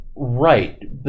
Right